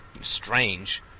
strange